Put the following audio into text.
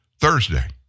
Thursday